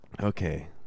Okay